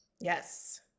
Yes